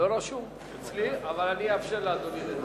אתה לא רשום אצלי, אבל אני אאפשר לאדוני לדבר.